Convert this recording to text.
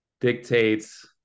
dictates